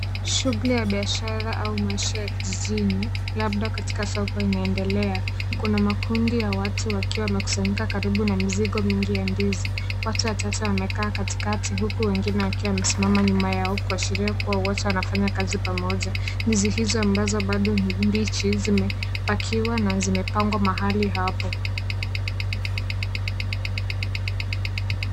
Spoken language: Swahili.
Shughuli ya biashara au Maisha ya kijijini, labda katika soko, inaendelea. Kuna makundi ya watu wakiwa wamekusanyika karibu na mzigo mingi ya ndizi. Watu watatu wamekaa kati kati huku wengine wakiwa wamesimama nyuma yao kuashiria kuwa wote wanafanya kazi pamoja. Ndizi hizo ambazo bado mbichi zimepakiwa na zimepangwa mahali hapo.